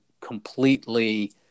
completely